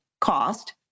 cost